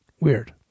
Weird